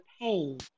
pain